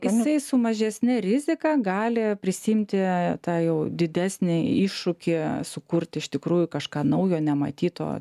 jisai su mažesne rizika gali prisiimti tą jau didesnį iššūkį sukurti iš tikrųjų kažką naujo nematyto